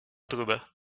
drüber